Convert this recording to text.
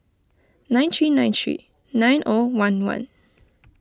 nine three nine three nine O one one